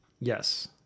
yes